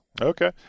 Okay